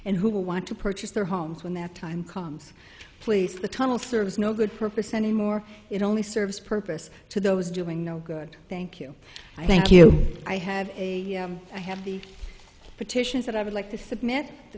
and who will want to purchase their homes when that time comes please the tunnel serves no good purpose anymore it only serves purpose to those doing no good thank you thank you i have a i have the petitions that i would like to submit t